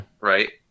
Right